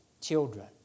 children